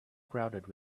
crowded